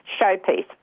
showpiece